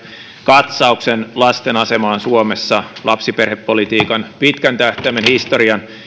katsauksen lasten asemaan suomessa ja lapsiperhepolitiikan pitkän tähtäimen historian